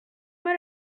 mal